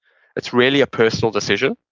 it's really a personal decision.